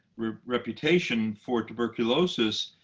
reputation for tuberculosis,